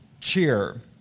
cheer